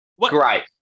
Great